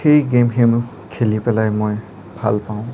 এই গেমসমূহ খেলি পেলাই মই ভাল পাওঁ